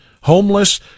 Homeless